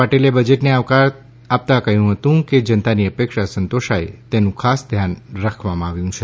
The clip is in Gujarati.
પાટિલે બજેટને આવકાર આપતા કહ્યું છે કે જનતાની અપેક્ષા સંતોષાય તેનું ખાસ ધ્યાન રખાયું છે